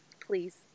please